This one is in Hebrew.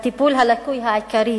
הטיפול הלקוי העיקרי